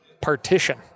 partition